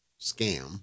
scam